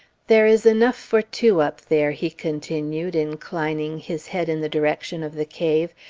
there is enough for two up there, he continued, inclining his head in the direction of the cave,